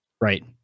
Right